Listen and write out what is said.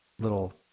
little